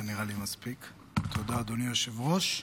תודה, אדוני היושב-ראש.